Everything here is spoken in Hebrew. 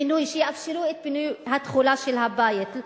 שיאפשרו את פינוי התכולה של הבית.